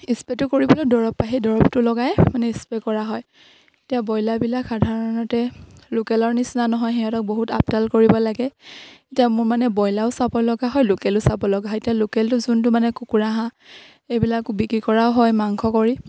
স্প্ৰেটো কৰিবলৈ দৰৱ পাই দৰৱটো লগাই মানে স্প্ৰে' কৰা হয় এতিয়া ব্ৰইলাৰবিলাক সাধাৰণতে লোকেলৰ নিচিনা নহয় সিহঁতক বহুত আপদাল কৰিব লাগে এতিয়া মোৰ মানে ব্ৰইলাৰো চাব লগা হয় লোকেলো চাব লগা হয় এতিয়া লোকেলটো যোনটো মানে কুকুৰা হাঁহ এইবিলাকো বিক্ৰী কৰাও হয় মাংস কৰি